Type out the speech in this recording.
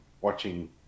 watching